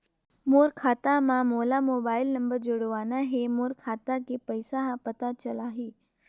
मोर खाता मां मोला मोबाइल नंबर जोड़वाना हे मोर खाता के पइसा ह पता चलाही?